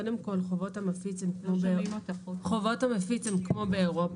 קודם כל חובות המפיץ הן כמו באירופה.